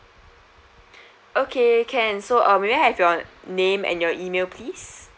okay can so uh may I have your name and your email please